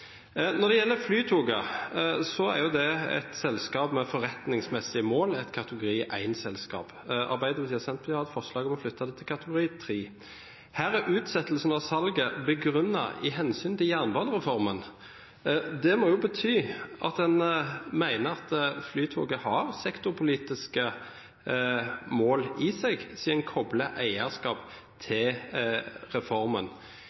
Når det gjelder Flytoget, er det et selskap med forretningsmessige mål: et kategori 1-selskap. Arbeiderpartiet og Senterpartiet har et forslag om å flytte det til kategori 3. Her er utsettelsen av salget begrunnet i hensyn til jernbanereformen. Det må bety at en mener at Flytoget har sektorpolitiske mål i seg, siden en kobler eierskap til reformen.